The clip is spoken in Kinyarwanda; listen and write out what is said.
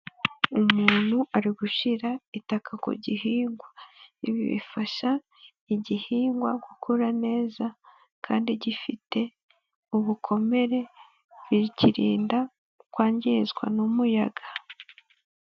Umuntu ari gushyira itaka ku gihingwa, ibi bifasha igihingwa gukura neza kandi gifite ubukomere bikirinda kwangizwa n'umuyaga.